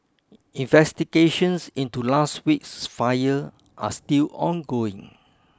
investigations into last week's fire are still ongoing